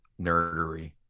nerdery